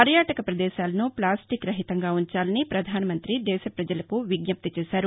పర్యాటక ప్రదేశాలను ఫ్లాస్టిక్ రహితంగా ఉంచాలని ప్రధానమంత్రి దేశ పజలకు విజ్ఞప్తి చేశారు